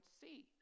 see